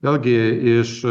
vėlgi iš